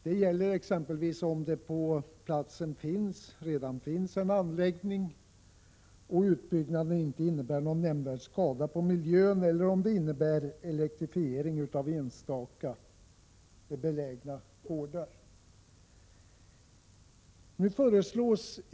Det gäller exempelvis om det på platsen redan finns en anläggning och utbyggnaden inte innebär någon nämnvärd skada på miljön eller om den innebär elektrifiering av enstaka gårdar.